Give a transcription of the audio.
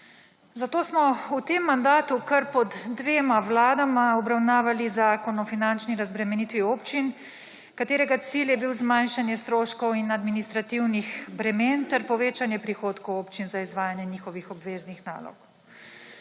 Zato smo v tem mandatu kar pod dvema vladama obravnavali Zakon o finančni razbremenitvi občin katerega cilj je bil zmanjšanje stroškov in administrativnih bremen ter povečanje prihodkov občin za izvajanje njihovih obveznih nalog.